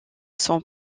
son